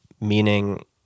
meaning